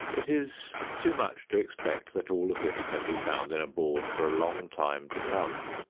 it is too much to expect that all of this can be found in a board for a long time to come,